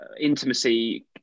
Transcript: intimacy